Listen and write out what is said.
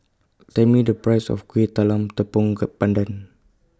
Tell Me The Price of Kuih Talam Tepong Pandan